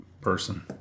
person